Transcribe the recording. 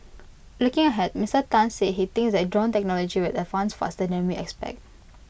looking ahead Mister Tan said he thinks that drone technology will advance faster than we expect